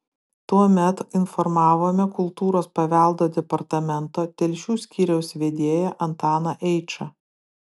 tuomet informavome kultūros paveldo departamento telšių skyriaus vedėją antaną eičą